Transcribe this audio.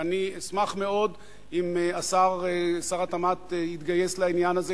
ואני אשמח מאוד אם שר התמ"ת יתגייס לעניין הזה,